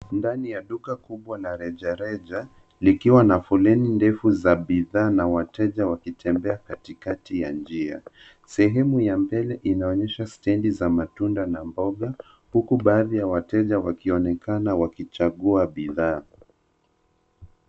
Ndani ya duka kubwa la rejareja likiwa na foleni ndefu za bidhaa na wateja wakitembea katikati ya njia. Sehemu ya mbele inaonyesha stendii za matunda na mboga, huku baaadhi ya wateja wakionekana wakichagua bidhaa.